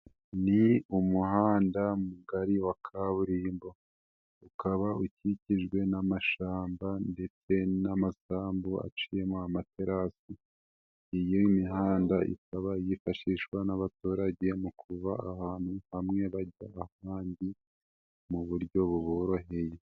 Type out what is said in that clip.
Ni umuhanda mugari wa kaburimbo ukaba ukikijwe n'amashamba ndetse n'amasambu aciyemo amaterasi, iyi mihanda ikaba yifashishwa n'abaturage mu kuva ahantu hamwe bajya ahandi mu buryo buboroheye.